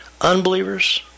unbelievers